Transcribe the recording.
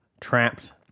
trapped